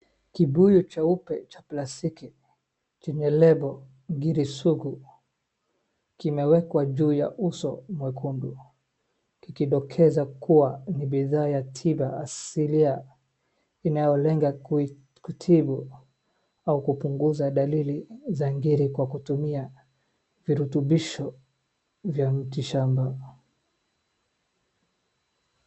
Kibuyu cheupe cha plastiki chenye label Giri sugu kimewekwa juu ya uso mwekundu kikidokeza kuwa ni bidhaa ya tiba asilia inayolenga kutibu au kupunguza dalili za giri kwa kutumia virutubisho vya miti shamba.